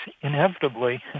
inevitably